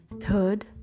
Third